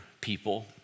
people